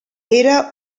era